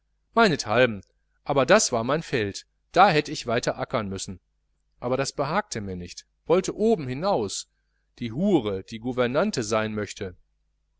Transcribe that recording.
meinethalben aber das war mein feld da hätt ich weiter ackern müssen aber das behagte mir nicht wollte oben hinaus die hure die gouvernante sein möchte